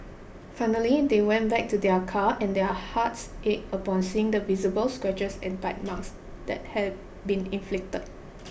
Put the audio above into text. finally they went back to their car and their hearts ached upon seeing the visible scratches and bite marks that had been inflicted